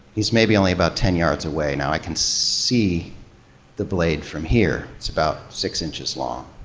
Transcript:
he's maybe only about ten yards away now. i can see the blade from here. it's about six inches long.